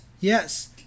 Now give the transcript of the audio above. yes